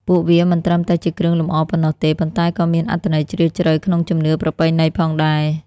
ពួកវាមិនត្រឹមតែជាគ្រឿងលម្អប៉ុណ្ណោះទេ ប៉ុន្តែក៏មានអត្ថន័យជ្រាលជ្រៅក្នុងជំនឿប្រពៃណីផងដែរ។